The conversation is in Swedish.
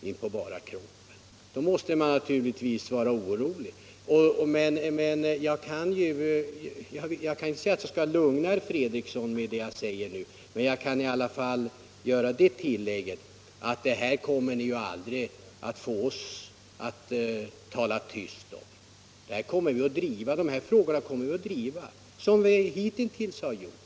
Jag vill göra det tillägget — även om jag väl därmed inte precis lugnar herr Fredriksson — att ni aldrig kommer att få oss att tala tyst om det här. De här frågorna kommer vi att driva som vi hitintills har gjort.